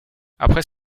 après